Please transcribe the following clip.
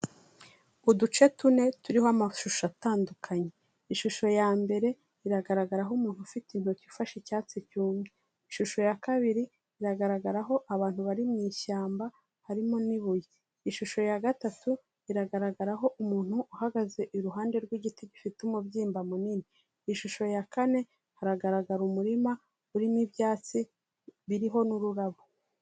Uduce tune turiho amashusho atandukanye, ishusho ya mbere iragaragaraho umuntu ufite intoki ufashe icyatsi cyumye, ishusho ya kabiri iragaragaraho abantu bari mu ishyamba, harimo n'ibuye, ishusho ya gatatu iragaragaraho umuntu uhagaze iruhande rw'igiti gifite umubyimba munini, ishusho ya kane haragaragara umurima urimo ibyatsi biriho n'ururabo.